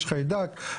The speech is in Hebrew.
יש חיידק,